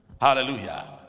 Hallelujah